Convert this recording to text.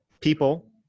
People